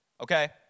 okay